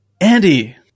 Andy